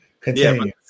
Continue